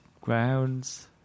grounds